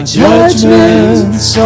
judgments